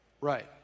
right